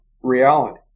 reality